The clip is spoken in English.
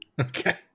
Okay